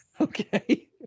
Okay